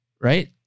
right